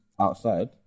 outside